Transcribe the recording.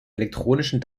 elektronischen